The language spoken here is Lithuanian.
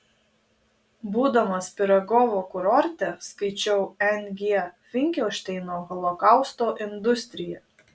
būdamas pirogovo kurorte skaičiau n g finkelšteino holokausto industriją